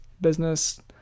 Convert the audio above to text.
business